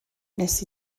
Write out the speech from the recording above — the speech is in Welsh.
nes